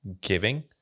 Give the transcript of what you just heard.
giving